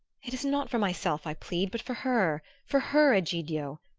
it is not for myself i plead but for her for her, egidio!